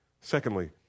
Secondly